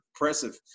impressive